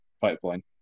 pipeline